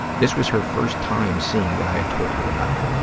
this was her first time seeing what i had told her about.